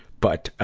but,